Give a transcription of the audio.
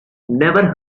never